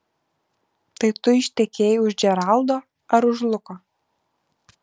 tai tu ištekėjai už džeraldo ar už luko